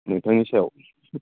नोंथांनि सायाव